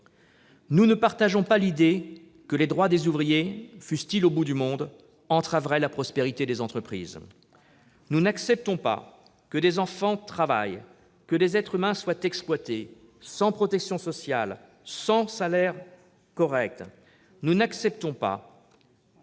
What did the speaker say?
Nous ne partageons pas l'idée selon laquelle les droits des ouvriers, fussent-ils au bout du monde, entraveraient la prospérité des entreprises. Nous n'acceptons pas que des enfants travaillent, que des êtres humains soient exploités, sans protection sociale ni salaire correct. Ne pas